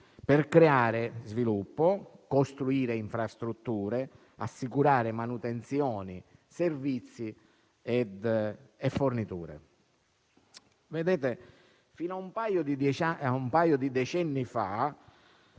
per creare sviluppo, costruire infrastrutture, assicurare manutenzioni, servizi e forniture. Fino a un paio di decenni